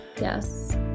yes